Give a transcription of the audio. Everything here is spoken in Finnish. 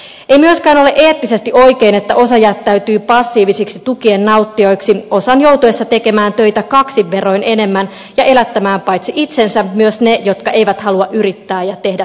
ei myöskään ole eettisesti oikein että osa jättäytyy passiivisiksi tukien nauttijoiksi osan joutuessa tekemään töitä kaksin verroin enemmän ja elättämään paitsi itsensä myös ne jotka eivät halua yrittää ja tehdä töitä